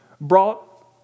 brought